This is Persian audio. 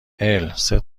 السه